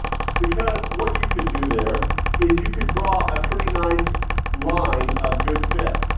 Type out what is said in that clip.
because what you could do there is you could draw a pretty nice line of good fit,